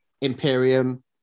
Imperium